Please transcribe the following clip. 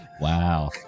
Wow